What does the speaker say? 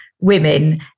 women